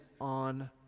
on